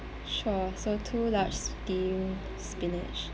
sure so two large steam spinach